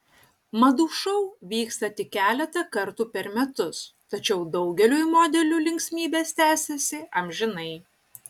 madų šou vyksta tik keletą kartų per metus tačiau daugeliui modelių linksmybės tęsiasi amžinai